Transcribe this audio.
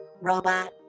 Robot